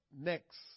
next